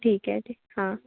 ठीक आहे ठीक आहे हां